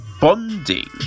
bonding